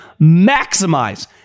maximize